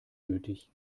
nötig